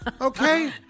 Okay